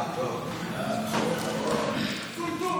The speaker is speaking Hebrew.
בבקשה.